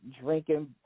drinking